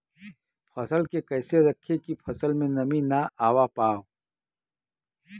फसल के कैसे रखे की फसल में नमी ना आवा पाव?